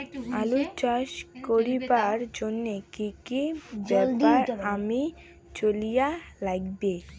আলু চাষ করিবার জইন্যে কি কি ব্যাপার মানি চলির লাগবে?